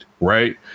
right